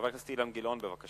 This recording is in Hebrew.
חבר הכנסת אילן גילאון, בבקשה.